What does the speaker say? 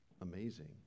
amazing